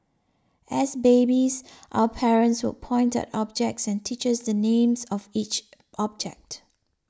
as babies our parents would point at objects and teaches the names of each object